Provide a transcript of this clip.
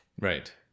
Right